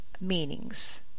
meanings